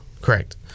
correct